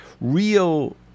real